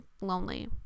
lonely